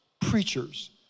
preachers